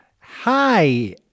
Hi